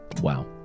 Wow